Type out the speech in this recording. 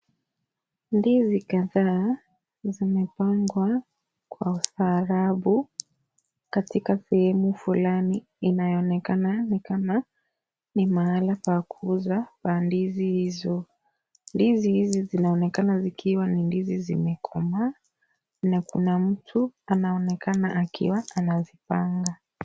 Ndizi kadhaa zimepangwa kwa ustaarabu katika sehemu fulani inayoonekana ni kama ni mahala pa kuuza mandizi hizo . Ndizi hizi zinaonekana ni ndizi zimekomaa na kuna mtu anaonekana akiwa anazipanga.